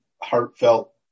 heartfelt